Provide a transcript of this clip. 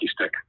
stick